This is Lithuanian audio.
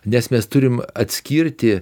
nes mes turim atskirti